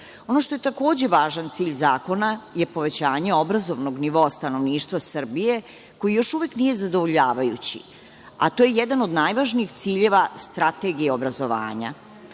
što je takođe važan cilj zakona je povećanje obrazovnog nivoa stanovništva Srbije koji još uvek nije zadovoljavajući, a to je jedan od najvažnijih ciljeva strategije obrazovanja,